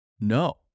No